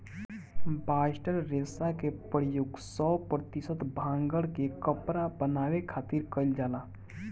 bast रेशा के प्रयोग सौ प्रतिशत भांग के कपड़ा बनावे खातिर कईल जाला